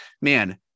man